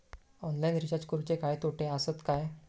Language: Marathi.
ऑनलाइन रिचार्ज करुचे काय तोटे आसत काय?